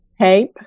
tape